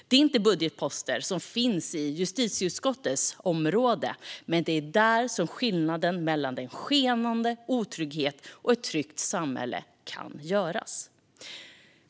Det är inte budgetposter som finns i justitieutskottets område, men det är där som skillnaden mellan en skenande otrygghet och ett tryggt samhälle kan göras.